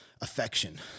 affection